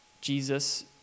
Jesus